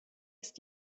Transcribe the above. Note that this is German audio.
ist